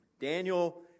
Daniel